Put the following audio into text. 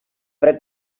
fred